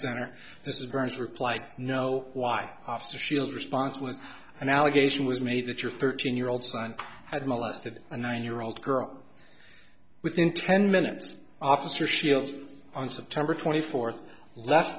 is burns reply i know why the shield response was an allegation was made that your thirteen year old son had molested a nine year old girl within ten minutes officer shields on september twenty fourth left